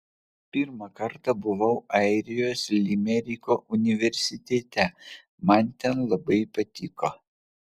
pirmą kartą buvau airijos limeriko universitete man ten labai patiko